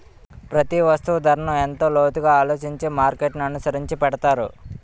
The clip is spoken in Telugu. ప్రతి వస్తువు ధరను ఎంతో లోతుగా ఆలోచించి మార్కెట్ననుసరించి పెడతారు